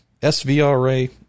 SVRA